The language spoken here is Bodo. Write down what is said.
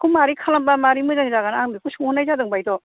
बेखौ मारै खालामबा मारै मोजां जागोन आं बेखौ सोंहरनाय जादों बायद'